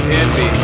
envy